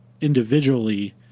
individually